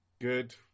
good